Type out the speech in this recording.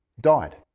Died